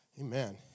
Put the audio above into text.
Amen